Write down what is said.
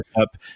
up